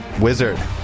Wizard